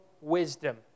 wisdom